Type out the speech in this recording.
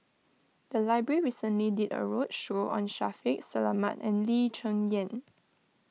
the library recently did a roadshow on Shaffiq Selamat and Lee Cheng Yan